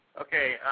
Okay